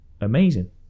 amazing